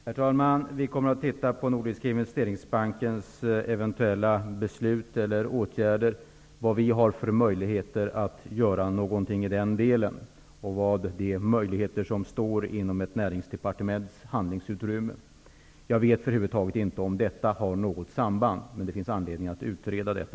Herr talman! Vi kommer att undersöka Nordiska Investeringsbankens eventuella beslut och åtgärder. Vi kommer också att undersöka vilka möjligheter vi har att göra något i den delen och vilka möjligheter som ligger i ett departements handlingsutrymme. Jag vet inte om detta över huvud taget har något samband, men självfallet finns det anledning att utreda det.